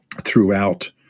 throughout